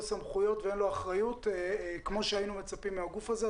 סמכויות ואחריות כמו שהיינו מצפים מגוף כזה.